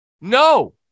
No